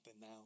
now